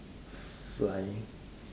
flying